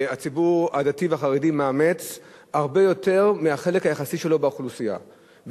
והציבור הדתי והחרדי מאמץ הרבה יותר מהחלק היחסי שלו באוכלוסייה,